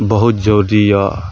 बहुत जरूरी यऽ